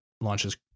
launches